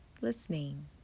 listening